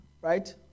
Right